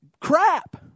crap